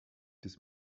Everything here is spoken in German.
des